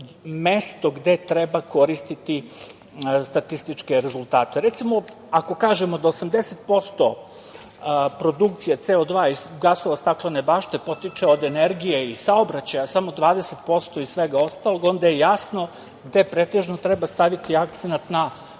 mesto gde treba koristiti statističke rezultate. Recimo, ako kažemo da 80% produkcije CO2 iz gasova staklene bašte potiče od energije i saobraćaja, samo 20% iz svega ostalog, onda je jasno gde pretežno treba staviti akcenat na